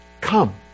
come